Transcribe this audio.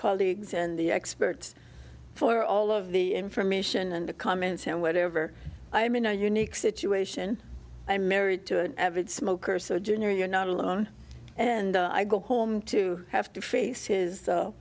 colleagues and the experts for all of the information and the comments and whatever i am in a unique situation i'm married to an avid smoker sojourner you're not alone and i go home to have to face his